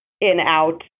in-out